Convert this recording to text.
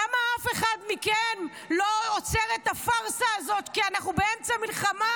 למה אף אחד מכם לא עוצר את הפארסה הזאת כי אנחנו באמצע מלחמה?